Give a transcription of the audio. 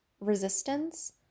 resistance